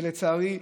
לצערי,